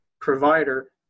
provider